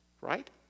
Right